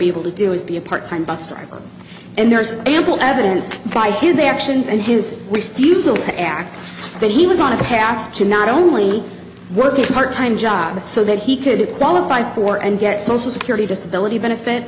be able to do is be a part time buster and there's ample evidence by his actions and his refusal to act that he was on a path to not only working part time job so that he could qualify for and get social security disability benefit